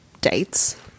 dates